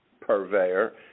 purveyor